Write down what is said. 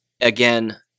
Again